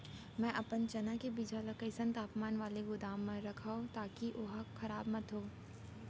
मैं अपन चना के बीजहा ल कइसन तापमान वाले गोदाम म रखव ताकि ओहा खराब मत होवय?